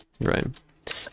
Right